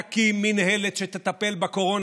תקים מינהלת שתטפל בקורונה,